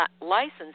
licensed